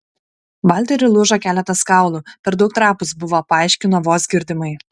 valteriui lūžo keletas kaulų per daug trapūs buvo paaiškino vos girdimai